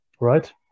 right